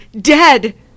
dead